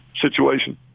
situation